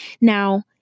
now